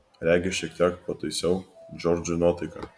regis šiek tiek pataisiau džordžui nuotaiką